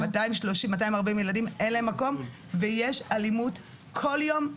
240 ילדים ואין להם מקום ויש אלימות כל יום,